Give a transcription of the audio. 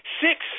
six